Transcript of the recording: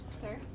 Sir